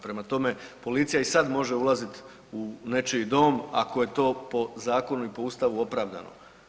Prema tome, policija i sad može ulaziti u nečiji dom ako je to po zakonu i po Ustavu opravdano.